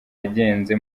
yagenze